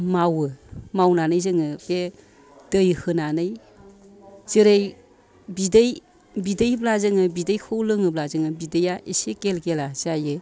मावो मावनानै जोङो बे दै होनानै जेरै बिदै बिदै होब्ला जोङो बिदैखौ लोङोब्ला बिदैआ एसे गेल गेला जायो